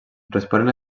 responen